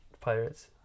Pirates